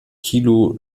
kilo